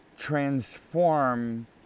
Transform